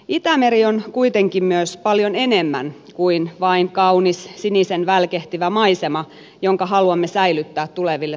itämeri on kuitenkin myös paljon enemmän kuin vain kaunis sinisen välkehtivä maisema jonka haluamme säilyttää tuleville sukupolville